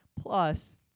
Plus